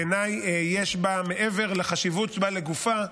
בעיניי, מעבר לחשיבות שיש בה לגופה,